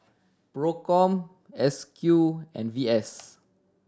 Procom S Q and V S